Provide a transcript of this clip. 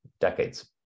decades